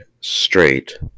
straight